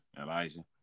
Elijah